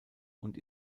und